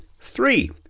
Three